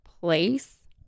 place